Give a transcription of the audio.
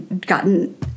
gotten